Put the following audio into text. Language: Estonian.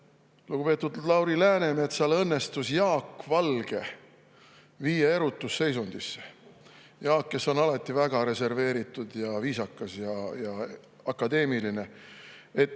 lugupeetud Lauri Läänemetsal õnnestus viia Jaak Valge erutusseisundisse. Jaak on muidu alati väga reserveeritud ja viisakas ja akadeemiline.